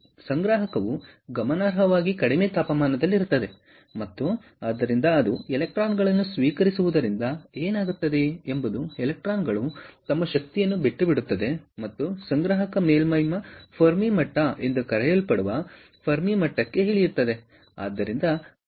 ಸಂಗ್ರಾಹಕವು ಗಮನಾರ್ಹವಾಗಿ ಕಡಿಮೆ ತಾಪಮಾನದಲ್ಲಿರುತ್ತದೆ ಮತ್ತು ಆದ್ದರಿಂದ ಅದು ಎಲೆಕ್ಟ್ರಾನ್ ಗಳನ್ನು ಸ್ವೀಕರಿಸುವುದರಿಂದ ಏನಾಗುತ್ತದೆ ಎಂಬುದು ಎಲೆಕ್ಟ್ರಾನ್ ಗಳು ತಮ್ಮ ಶಕ್ತಿಯನ್ನು ಬಿಟ್ಟುಬಿಡುತ್ತವೆ ಮತ್ತು ಸಂಗ್ರಾಹಕ ಮೇಲ್ಮೈಯ ಫೆರ್ಮಿ ಮಟ್ಟ ಎಂದು ಕರೆಯಲ್ಪಡುವ ಫೆರ್ಮಿಯ ಮಟ್ಟಕ್ಕೆ ಇಳಿಯುತ್ತವೆ